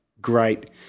great